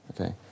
Okay